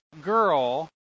girl